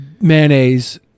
mayonnaise